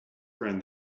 friend